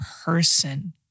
person